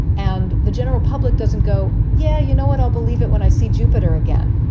and the general public doesn't go, yeah, you know what? i'll believe it when i see jupiter again,